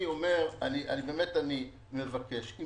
אני מבקש כן